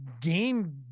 game